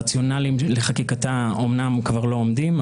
הרציונלים לחקיקתה אמנם כבר לא עומדים,